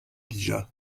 dija